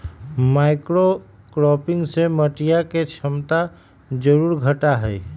monocropping से मटिया के क्षमता जरूर घटा हई